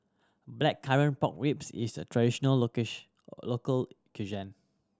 Blackcurrant Pork Ribs is a traditional local cuisine